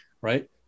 right